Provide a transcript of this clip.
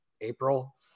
april